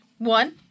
One